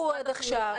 משרד החינוך,